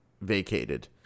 vacated